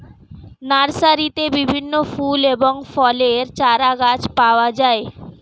নার্সারিতে বিভিন্ন ফুল এবং ফলের চারাগাছ পাওয়া যায়